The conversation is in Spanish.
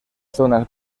zonas